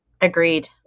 Agreed